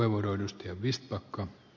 herra puhemies